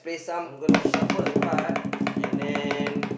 I'm gonna shuffle the card and then